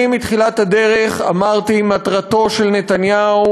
מתחילת הדרך אמרתי שמטרתו של נתניהו